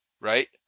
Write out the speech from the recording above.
right